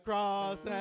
cross